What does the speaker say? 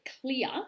clear